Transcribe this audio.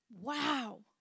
Wow